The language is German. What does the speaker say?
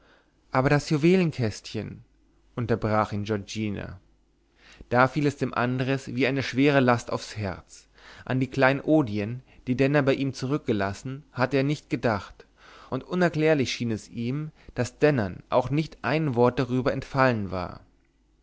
aber das juwelenkästchen unterbrach ihn giorgina da fiel es dem andres wie eine schwere last aufs herz an die kleinodien die denner bei ihm zurückgelassen hatte er nicht gedacht und unerklärlich schien es ihm daß dennern auch nicht ein wort darüber entfallen war